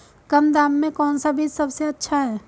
कम दाम में कौन सा बीज सबसे अच्छा है?